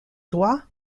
droit